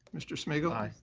mr. smigiel. aye.